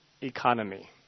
economy